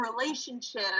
relationship